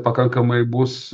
pakankamai bus